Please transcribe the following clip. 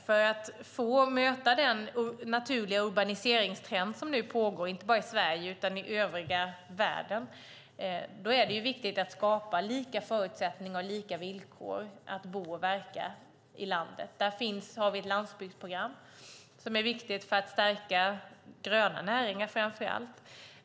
För att möta den naturliga urbaniseringstrend som pågår inte bara i Sverige utan i hela världen är det viktigt att skapa lika förutsättningar och lika villkor att bo och verka i landet. Vi har ett landsbygdsprogram som är viktigt för att stärka framför allt gröna näringar.